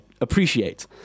appreciate